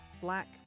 black